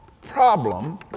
problem